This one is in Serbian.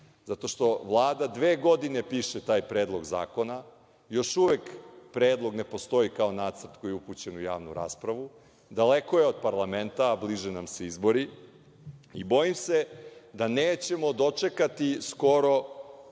zato što Vlada dve godine piše taj predlog zakona. Još uvek predlog ne postoji kao nacrt koji je upućen u javnu raspravu, daleko je od parlamenta, a bliže nam se izbori i bojim se da nećemo dočekati skoro,